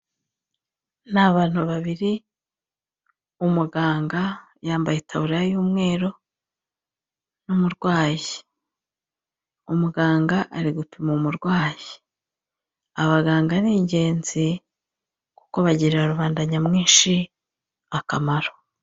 Ni abantu babiri umuganga yambaye itaburiya y'umweru n'umurwayi, umuganga ari gupima umurwayi. Abaganga ni ingenzi kuko bagirira rubanda nyamwinshi akamaro.